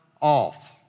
off